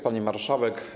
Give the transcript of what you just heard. Pani Marszałek!